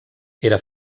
era